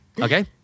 okay